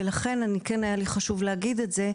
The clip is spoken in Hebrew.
ולכן היה לי חשוב להגיד את זה,